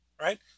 right